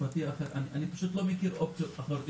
--- אני פשוט לא מכיר אופציות משפטיות אחרות.